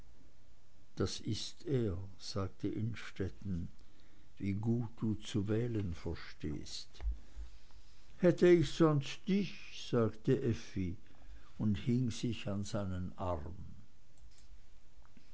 das ist er sagte innstetten wie gut du zu wählen verstehst hätte ich sonst dich sagte effi und hängte sich an seinen arm